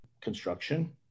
construction